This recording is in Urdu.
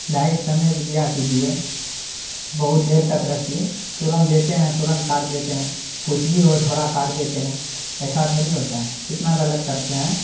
لائٹ سمے پہ دیا کیجیے بہت دیر تک رکھیے تورنت دیتے ہیں تورنت کاٹ دیتے ہیں کچھ بھی ہو تھوڑا کاٹ دیتے ہیں ایسا تھوڑی ہوتا ہے کتنا غلط کرتے ہیں